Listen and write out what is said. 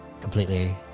completely